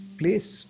place